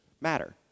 matter